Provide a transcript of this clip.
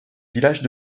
villages